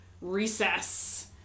recess